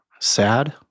sad